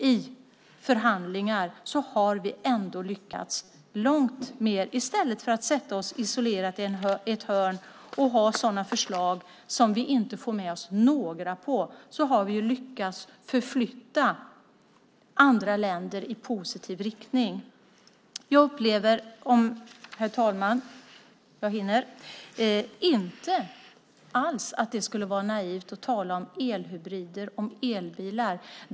I förhandlingar har vi ändå lyckats långt. I stället för att sitta isolerade i ett hörn med förslag som vi inte får med oss några på har vi lyckats påverka andra länder i positiv riktning. Jag upplever det inte alls naivt att tala om elbilar och elhybrider.